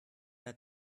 hat